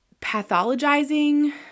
pathologizing